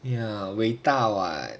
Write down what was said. ya 伟大 [what]